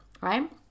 right